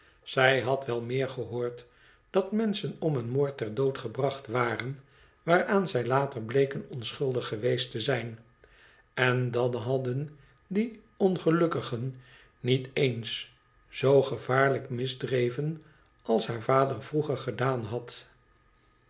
zij bad wel meer gehoord dat menschen om een moord ter dood gebracht waren waaraan zij later bleken onschuldig geweest te zijn en dan hadden die ongelukkigen niet eens zoo gevaarlijk misdreven als haar vader vroeger gedaan had